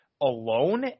alone